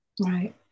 Right